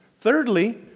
Thirdly